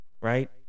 right